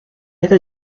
айда